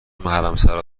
حرمسرا